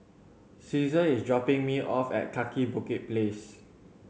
Caesar is dropping me off at Kaki Bukit Place